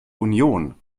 union